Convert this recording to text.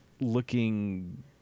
looking